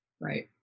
Right